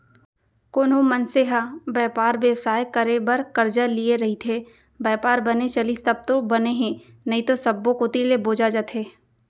कोनो मनसे ह बयपार बेवसाय करे बर करजा लिये रइथे, बयपार बने चलिस तब तो बने हे नइते सब्बो कोती ले बोजा जथे